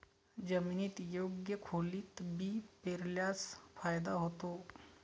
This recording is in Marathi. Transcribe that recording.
जमिनीत योग्य खोलीत बी पेरल्यास फायदा होतो